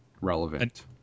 relevant